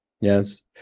Yes